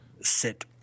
sit